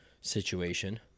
situation